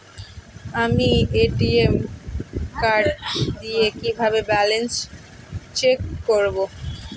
আমি ATM card দিয়ে কিভাবে ব্যালেন্স চেক করব?